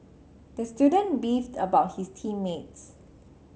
the student beefed about his team mates